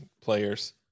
players